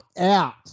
out